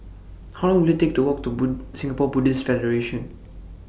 How Long Will IT Take to Walk to Singapore Buddhist Federation